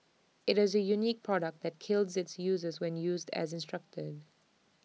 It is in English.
IT is A unique product that kills its user when used as instructed